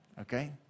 Okay